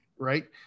Right